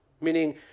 Meaning